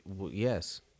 Yes